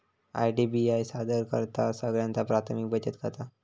IDBI सादर करतहा सगळ्यांचा प्राथमिक बचत खाता